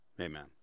Amen